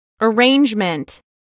Arrangement